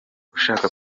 ushaka